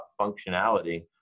functionality